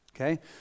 Okay